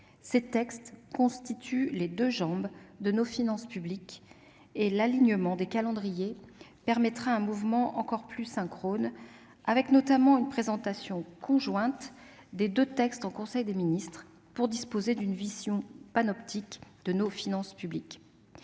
de texte constituent en effet les deux jambes de nos finances publiques, et l'alignement des calendriers permettra un mouvement encore plus synchrone, avec notamment une présentation conjointe des deux textes en conseil des ministres, afin de disposer d'une vision panoptique de nos finances publiques.